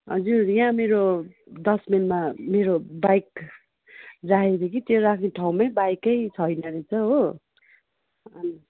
हजुर यहाँ मेरो दस माइलमा मेरो बाइक राखेको थिएँ कि त्यो राख्ने ठाँउमै बाइकै छैन रहेछ हो अनि